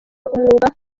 umwuga